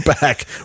back